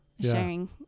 sharing